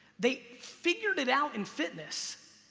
they figured it out in fitness,